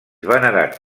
venerat